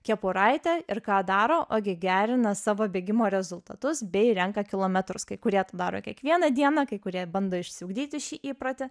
kepuraite ir ką daro ogi gerina savo bėgimo rezultatus bei renka kilometrus kai kurie tai daro kiekvieną dieną kai kurie bando išsiugdyti šį įprotį